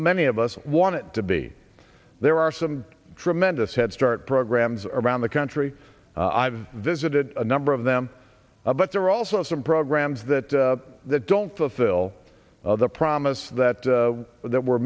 many of us want it to be there are some tremendous head start programs around the country i've visited a number of them but there are also some programs that that don't fulfill the promise that that we're